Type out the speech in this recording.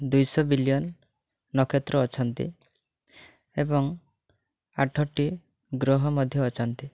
ଦୁଇଶହ ବିଲିଅନ୍ ନକ୍ଷତ୍ର ଅଛନ୍ତି ଏବଂ ଆଠଟି ଗ୍ରହ ମଧ୍ୟ ଅଛନ୍ତି